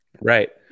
Right